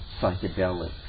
psychedelics